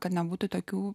kad nebūtų tokių